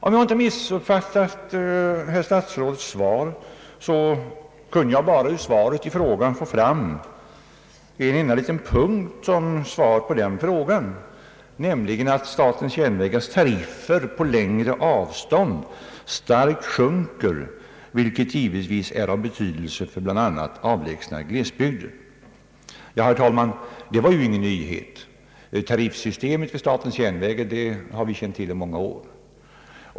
Om jag inte missuppfattat herr statsrådets svar, så kunde jag därur bara få fram en enda liten punkt som svar på herr Nilssons fråga, nämligen att SJ:s tariffer på längre avstånd starkt sjunker, vilket givetvis är av betydelse för bl.a. avlägsna glesbygder. Detta var ju, herr talman, ingen nyhet. Statens järnvägars tariffsystem känner vi sedan många år.